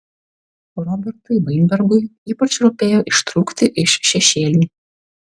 robertui vainbergui ypač rūpėjo ištrūkti iš šešėlių